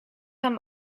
haben